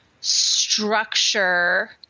structure